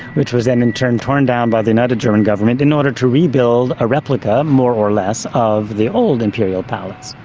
which was then in turn torn down by the united german government in order to rebuild a replica replica more or less of the old imperial palace.